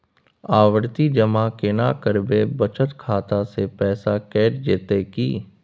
आवर्ति जमा केना करबे बचत खाता से पैसा कैट जेतै की?